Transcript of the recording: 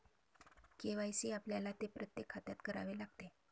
KYC आपल्याला ते प्रत्येक खात्यात करावे लागते